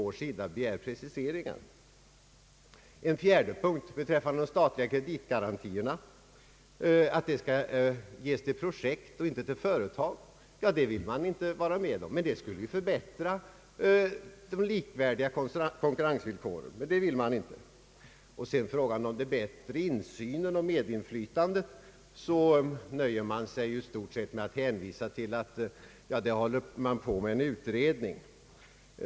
En fjärde punkt är denna: socialdemokraterna vill inte vara med om att de statliga kreditgarantierna skall ges till projekt och inte till företag, vilka ju skulle förbättra likvärdigheten i fråga om konkurrensvillkoren. Vad beträffar bättre insyn och medinflytande nöjer sig utskottet i stort sett med att hänvisa till att det pågår en utredning.